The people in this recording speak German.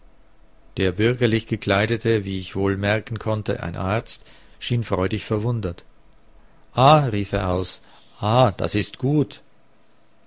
der bürgerlich gekleidete wie ich wohl merken konnte ein arzt schien freudig verwundert ah rief er aus ah das ist gut